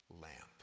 lamp